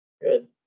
Good